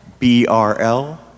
brl